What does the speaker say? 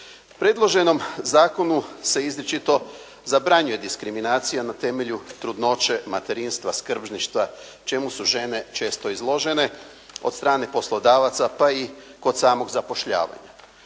Predloženom zakonu se izričito zabranjuje diskriminacija na temelju trudnoće, materinstva, skrbništva, čemu su žene često izložene od strane poslodavaca pa i kod samog zapošljavanja.